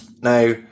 Now